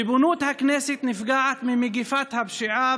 ריבונות הכנסת נפגעת ממגפת הפשיעה,